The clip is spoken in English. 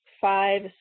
five